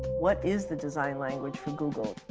what is the design language for google?